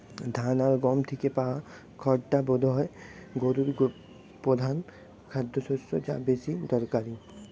ধান আর গম থিকে পায়া খড়টা বোধায় গোরুর পোধান খাদ্যশস্য যা বেশি দরকারি